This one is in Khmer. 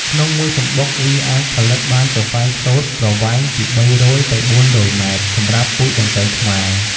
ក្នុងមួយសំបុក វាអាចផលិតបានសរសៃសូត្រប្រវែងពី៣០០ ទៅ៤០០ម៉ែត្រ សម្រាប់ពូជដង្កូវខ្មែរ។